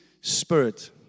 spirit